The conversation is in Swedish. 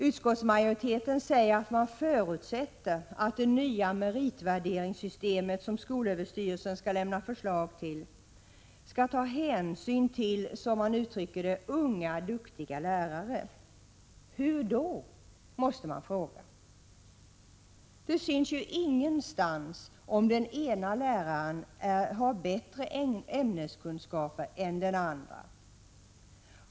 Utskottsmajoriteten säger att man förutsätter att det nya meritvärderingssystemet, som skolöverstyrelsen skall lämna förslag till, skall ta hänsyn till ”unga, duktiga lärare”. Hur då? måste man fråga. Det syns ju ingenstans om den ena läraren har bättre ämneskunskaper än den andra.